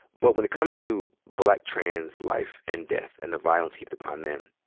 but when it comes to black trans life and death and the violence heaped upon them,